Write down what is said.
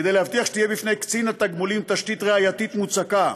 כדי להבטיח שתהיה בפני קצין התגמולים תשתית ראייתית מוצקה,